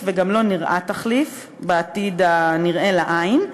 וגם לא נראה תחליף בעתיד הנראה לעין.